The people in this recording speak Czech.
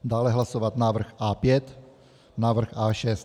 Dále hlasovat návrh A5, návrh A6.